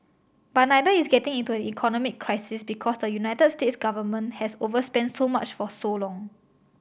but neither is getting into an economic crisis because the United States government has overspent so much for so long